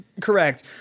Correct